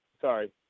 Sorry